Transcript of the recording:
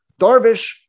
Darvish